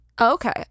okay